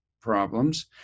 problems